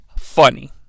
funny